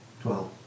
Twelve